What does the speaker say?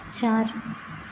چار